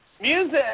Music